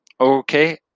okay